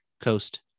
coast